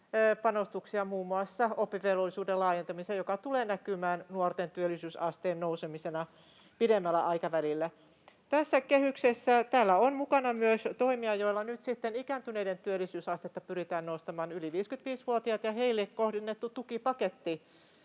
panostuksia muun muassa oppivelvollisuuden laajentamiseen, joka tulee näkymään nuorten työllisyysasteen nousemisena pidemmällä aikavälillä. Tässä kehyksessä on mukana myös toimia, joilla nyt sitten ikääntyneiden työllisyysastetta pyritään nostamaan: yli 55-vuotiaat ja heille kohdennettu tukipaketti